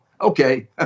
okay